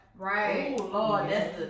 Right